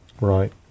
Right